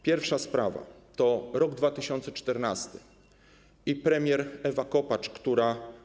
Pierwsza sprawa to rok 2014 i premier Ewa Kopacz, która.